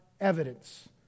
evidence